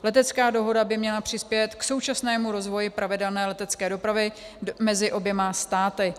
Letecká dohoda by měla přispět k současnému rozvoji pravidelné letecké dopravy mezi oběma státy.